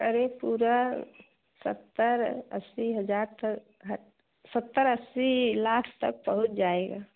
अरे पूरा सत्तर अस्सी हज़ार सत्तर अस्सी लाख तक पहुँच जाएगा